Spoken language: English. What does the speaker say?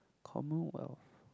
Commonwealth